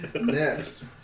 Next